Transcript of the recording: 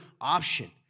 option